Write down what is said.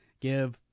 give